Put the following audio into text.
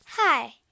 Hi